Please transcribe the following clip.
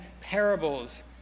parables